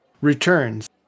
returns